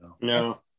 No